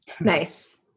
Nice